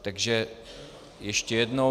Takže ještě jednou.